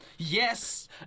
Yes